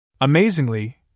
Amazingly